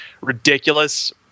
ridiculous